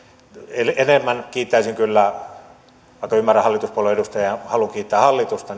eli enemmän kiittäisin kyllä vaikka ymmärrän hallituspuolueiden edustajien halua kiittää hallitusta